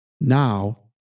Now